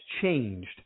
changed